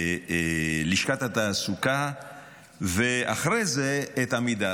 את לשכת התעסוקה ואחרי זה את עמידר.